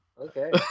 Okay